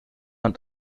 und